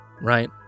right